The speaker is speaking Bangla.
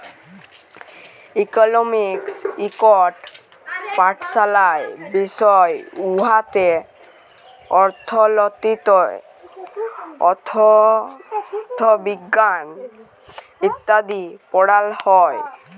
ইকলমিক্স ইকট পাড়াশলার বিষয় উয়াতে অথ্থলিতি, অথ্থবিজ্ঞাল ইত্যাদি পড়াল হ্যয়